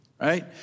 right